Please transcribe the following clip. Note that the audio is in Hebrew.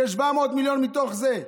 כ-700 מיליונים מתוך זה.